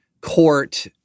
court